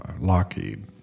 Lockheed